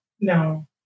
No